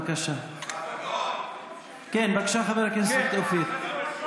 בבקשה, חבר הכנסת אופיר.